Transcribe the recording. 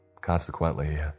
Consequently